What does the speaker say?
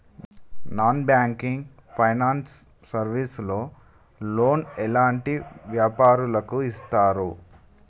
Non banking finance service లో loan ఎలాంటి వ్యాపారులకు ఇస్తరు?